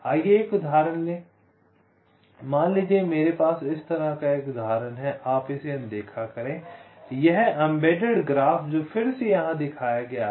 आइए एक उदाहरण लें मान लीजिए मेरे पास इस तरह का एक उदाहरण है आप इसे अनदेखा करें यह एम्बेडेड ग्राफ़ जो फिर से यहां दिखाया गया है